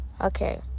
Okay